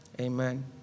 Amen